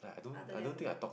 other than